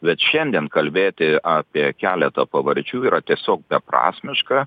bet šiandien kalbėti apie keletą pavardžių yra tiesiog beprasmiška